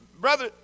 Brother